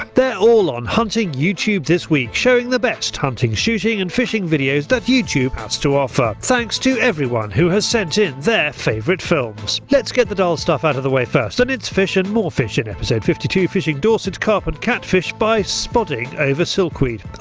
they're all on hunting youtube this week, showing the best hunting, shooting and fishing videos that youtube has to offer. thanks to everyone who has sent in their favourite films. let's get the dull stuff out the way first and it's fish and more fish in episode fifty two, fishing dorset, carp and catfish by spodding over silkweed.